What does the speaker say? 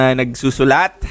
nagsusulat